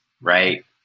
right